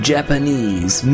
Japanese